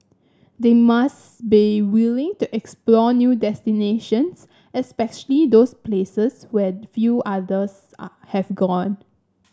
they must be willing to explore new destinations especially those places where few others are have gone